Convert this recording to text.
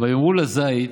ויאמרו לזית